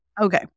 okay